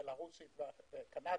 בלרוסית וקנדית,